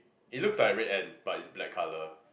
it looks like a red ant but it's black colour